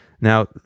Now